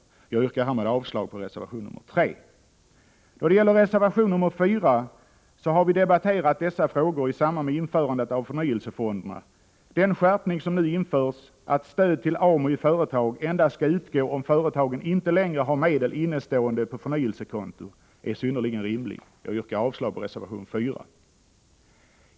Jag yrkar härmed avslag på reservation 3. Då det gäller reservation 4 så har vi debatterat dessa frågor i samband med införandet av förnyelsefonderna. Den skärpning som nu införs — att stöd till AMU i företag endast skall utgå om företagen inte längre har medel innestående på förnyelsekonto — är synnerligen rimlig. Jag yrkar avslag på reservation 4.